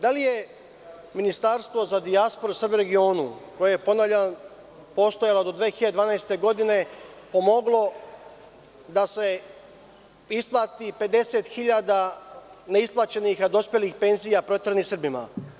Da li je Ministarstvo za dijasporu i Srbe u regionu, koje je ponavljam postojalo do 2012. godine, pomoglo da se isplati 50.000 neisplaćenih, a dospelih penzija proteranim Srbima?